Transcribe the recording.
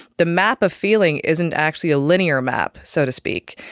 the map of feeling isn't actually a linear map, so to speak.